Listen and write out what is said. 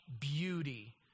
beauty